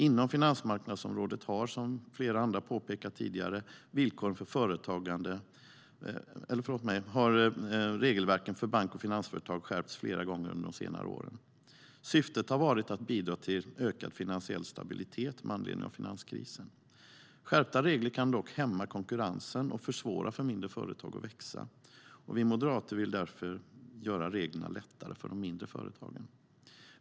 Inom finansmarknadsområdet har, som flera andra påpekat tidigare, regelverken för bank och finansföretag skärpts flera gånger under de senaste åren. Syftet har varit att bidra till ökad finansiell stabilitet med anledning av finanskrisen. Skärpta regler kan dock hämma konkurrensen och försvåra för mindre företag att växa. Vi moderater vill därför göra reglerna enklare för de mindre företagen.